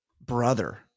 brother